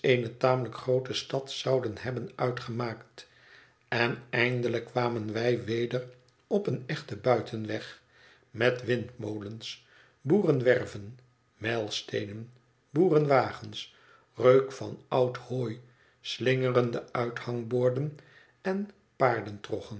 tamelijk groote stad zouden hebben uitgemaakt en eindelijk kwamen wij weder op een echten buitenweg met windmolens boerenwerven mijlsteenen boerenwagens reuk van oud hooi slingerende uithangborden en paardentroggen